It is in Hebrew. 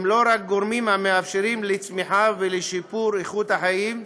לא רק גורמים המאפשרים צמיחה ושיפור איכות החיים,